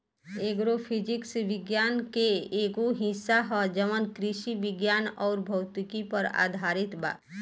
agro physics विज्ञान के एगो हिस्सा ह जवन कृषि विज्ञान अउर भौतिकी पर आधारित बा